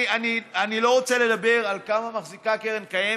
אני לא רוצה לדבר על כמה מחזיקה הקרן הקיימת,